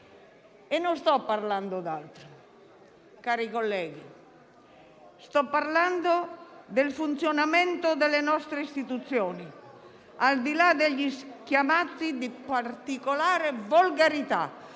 E non sto parlando d'altro, cari colleghi, ma del funzionamento delle nostre istituzioni, aldilà degli schiamazzi di particolare volgarità